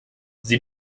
sie